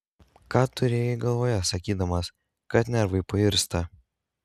ką turėjai galvoje sakydamas kad nervai pairsta